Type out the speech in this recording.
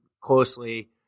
closely